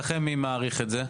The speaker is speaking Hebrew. מי מאריך את זה אצלכם?